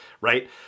right